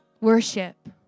worship